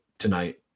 tonight